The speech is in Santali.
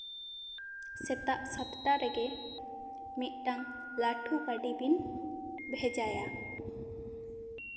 ᱥᱮᱛᱟᱜ ᱥᱟᱛᱴᱟ ᱨᱮᱜᱮ ᱢᱤᱫᱴᱟᱝ ᱞᱟᱹᱴᱩ ᱜᱟᱹᱰᱤ ᱵᱤᱱ ᱵᱷᱮᱡᱟᱭᱟ